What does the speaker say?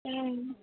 ಹ್ಞೂ